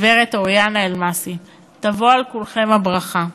גברת אוריאנה אלמסי, תבוא על כולכם הברכה.